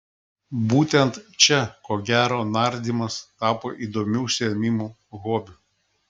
būtent čia ko gero nardymas tapo įdomiu užsiėmimu hobiu